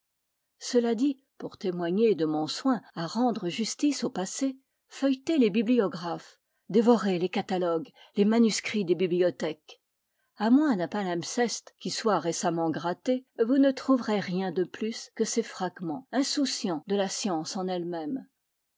cela dit pour témoigner de mon soin à rendre justice au passé feuilletez les bibliographes dévorez les catalogues les manuscrits des bibliothèques à moins d'un palimpseste qui soit récemment gratté vous ne trouverez rien de plus que ces fragments insouciants de la science en elle-même